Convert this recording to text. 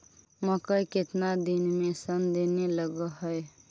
मकइ केतना दिन में शन देने लग है?